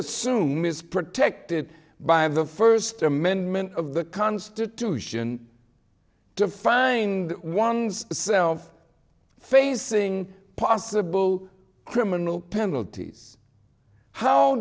assume is protected by the first amendment of the constitution to find one's self facing possible criminal penalties how